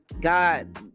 god